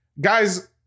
Guys